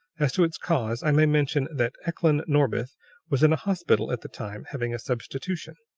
as to its cause, i may mention that eklan norbith was in a hospital at the time, having a substitution.